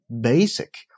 basic